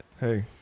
Hey